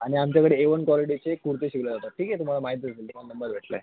आणि आमच्याकडे A one क्वालिटीचे कुर्ते शिवले जातात ठीक आहे तुम्हाला माहीतच असेल तुम्हाला नंबर भेटलाय